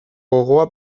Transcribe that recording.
gogoa